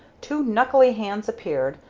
two knuckly hands appeared,